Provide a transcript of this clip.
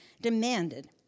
demanded